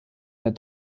der